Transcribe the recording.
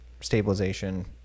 stabilization